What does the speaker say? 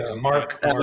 Mark